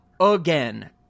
again